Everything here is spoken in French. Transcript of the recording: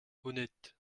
honnête